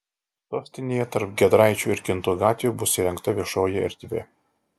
sostinėje tarp giedraičių ir kintų gatvių bus įrengta viešoji erdvė